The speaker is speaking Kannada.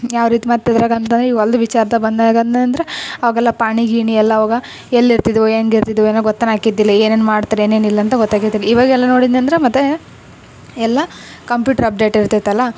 ಯಾವ ರೀತಿ ಮತ್ತೆ ಅದ್ರಾಗೆ ಅಂತಂದರೆ ಈ ಹೊಲ್ದ್ ವಿಚಾರ್ದಾಗೆ ಬಂದಾಗಂದ್ನಂದ್ರೆ ಅವಗೆಲ್ಲ ಪಾಣಿ ಗೀಣಿ ಎಲ್ಲ ಆವಾಗ ಎಲ್ಲಿ ಇರ್ತಿದ್ವು ಹೆಂಗ್ ಇರ್ತಿದ್ವು ಏನು ಗೊತ್ತ ಆಕಿದ್ದಿಲ್ಲ ಏನೇನು ಮಾಡ್ತಾರೆ ಏನೇನು ಇಲ್ಲ ಅಂತ ಗೊತ್ತಾಗೊದಿಲ್ಲ ಇವಗೆಲ್ಲ ನೋಡಿದ್ನೆಂದ್ರೆ ಮತ್ತೆ ಎಲ್ಲ ಕಂಪ್ಯೂಟ್ರ್ ಅಪ್ಡೇಟ್ ಇರ್ತೈತಲ್ಲ